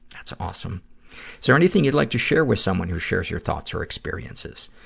that's awesome. is there anything you'd like to share with someone who shares your thoughts or experiences?